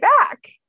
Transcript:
back